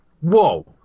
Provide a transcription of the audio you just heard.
whoa